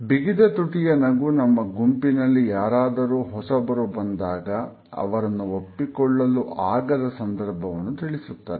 ಬಿಗಿದ ತುಟಿಯ ನಗು ನಮ್ಮ ಗುಂಪಿನಲ್ಲಿ ಯಾರಾದರೂ ಹೊಸಬರು ಬಂದಾಗ ಅವರನ್ನು ಒಪ್ಪಿಕೊಳ್ಳಲು ಆಗದ ಸಂದರ್ಭವನ್ನು ತಿಳಿಸುತ್ತದೆ